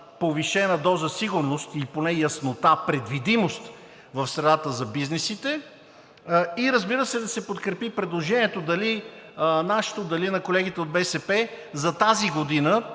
повишена доза сигурност и поне яснота, предвидимост в страната за бизнесите и, разбира се, да се подкрепи предложението – дали нашето, дали на колегите от БСП, за тази година,